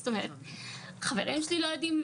זאת אומרת חברים שלי לא יודעים,